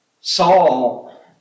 Saul